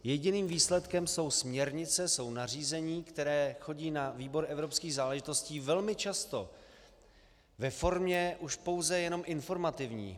Jediným výsledkem jsou směrnice, jsou nařízení, které chodí na výbor evropských záležitostí velmi často ve formě pouze jenom informativní.